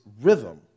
rhythm